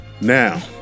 Now